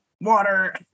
water